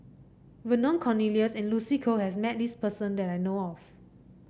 Vernon Cornelius and Lucy Koh has met this person that I know of